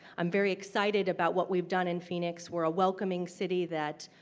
i'm very excited about what we've done in phoenix. we're a welcoming city that